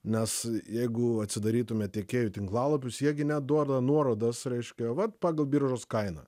nes jeigu atsidarytume tiekėjų tinklalapius jie gi neduoda nuorodos reiškia vat pagal biržos kainą